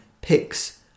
picks